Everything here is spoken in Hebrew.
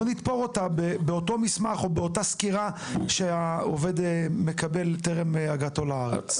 בוא נתפור אותו באותו מסמך או באותה סקירה שהעובד מקבל בטרם הגעתו לארץ?